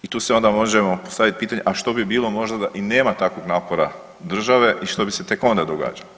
I tu si onda možemo postaviti pitanje, a što bi bilo možda da i nema takvog napora države i što bi se tek onda događalo.